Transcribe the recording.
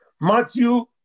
Matthew